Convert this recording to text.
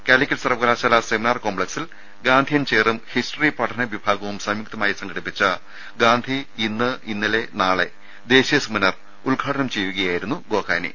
കാലിക്കറ്റ് സർവക ലാശാല സെമിനാർ കോംപ്ലക്സിൽ ഗാന്ധിയൻ ചെയറും ഹിസ്റ്ററി പഠന വിഭാഗവും സംയുക്തമായി സംഘടിപ്പിച്ച ഗാന്ധി ഇന്ന് ഇന്നലെ നാളെ ദേശീയ സെമിനാർ ഉദ്ഘാടനം ചെയ്യുകയായിരുന്നു ഗോകാനി